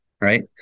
right